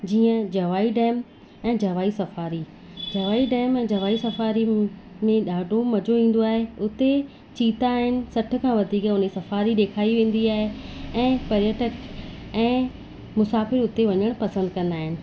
जीअं जवाई डैम ऐं Jawai safari Jawai dam ऐं जवाई सफारी में ॾाढो मज़ो ईंदो आहे उते चिता आहिनि सठि खां वधीक हुनजी सफारी ॾेखारी वेंदी आहे ऐं पर्यटक ऐं मुसाफ़िरु हुते वञण पसंदि कंदा आहिनि